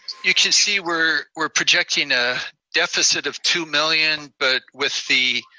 you can see we're we're projecting a deficit of two million, but with the